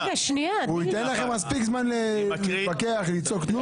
הוא ייתן לכם מספיק זמן להתווכח, לצעוק, תנו לו.